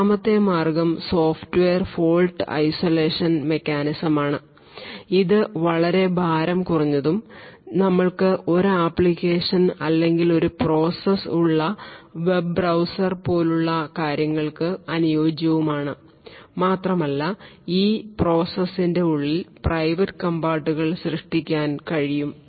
രണ്ടാമത്തെ മാർഗ്ഗം software fault insulation മെക്കാനിസമാണ് അത് വളരെ ഭാരം കുറഞ്ഞതും ഞങ്ങൾക്ക് ഒരു ആപ്ലിക്കേഷൻ അല്ലെങ്കിൽ ഒരു പ്രോസസ് ഉള്ള വെബ് ബ്രൌസർ പോലുള്ള കാര്യങ്ങൾക്ക് അനുയോജ്യവുമാണ് മാത്രമല്ല ആ പ്രോസസിന്റെ ഉള്ളിൽ പ്രൈവറ്റ് കമ്പാർട്ടുമെന്റുകൾ സൃഷ്ടിക്കാൻ കഴിയും